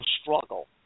struggle